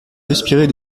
respirer